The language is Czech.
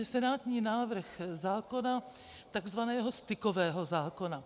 Senátní návrh zákona, takzvaného stykového zákona.